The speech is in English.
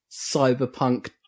cyberpunk